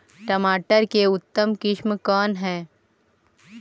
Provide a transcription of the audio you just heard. टमाटर के उतम किस्म कौन है?